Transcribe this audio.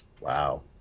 Wow